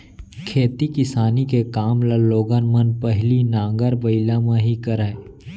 खेती किसानी के काम ल लोगन मन पहिली नांगर बइला म ही करय